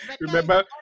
Remember